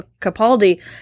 Capaldi